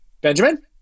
Benjamin